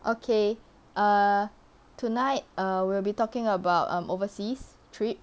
okay err tonight err we'll be talking about um overseas trip